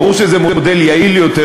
ברור שזה מודל יעיל יותר,